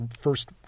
first